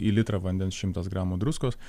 į litrą vandens šimtas gramų druskos